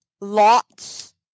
Lots